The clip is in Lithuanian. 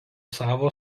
savo